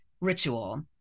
ritual